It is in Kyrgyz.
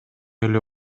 эле